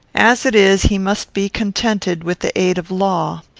as it is, he must be contented with the aid of law.